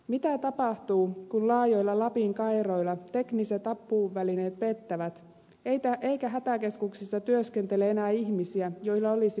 mitä tapahtuu kun laajoilla lapin kairoilla tekniset apuvälineet pettävät eikä hätäkeskuksissa työskentele enää ihmisiä joilla olisi paikallistuntemusta